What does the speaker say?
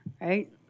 Right